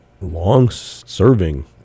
long-serving